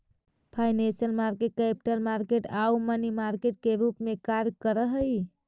financial market capital market आउ money market के रूप में कार्य करऽ हइ